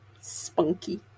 spunky